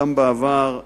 גם בעבר,